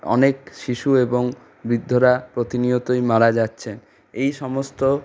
অনেক শিশু এবং বৃদ্ধরা প্রতিনিয়তই মারা যাচ্ছে এই সমস্ত